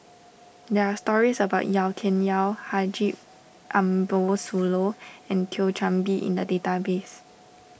there are stories about Yau Tian Yau Haji Ambo Sooloh and Thio Chan Bee in the database